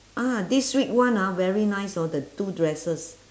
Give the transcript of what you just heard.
ah this week one ah very nice know the two dresses